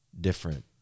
different